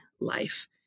life